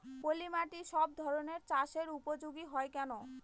পলিমাটি সব ধরনের চাষের উপযোগী হয় কেন?